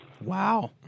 Wow